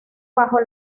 bajo